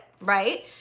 right